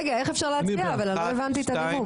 רגע, איך אפשר להצביע, אני לא הבנתי את הנימוק.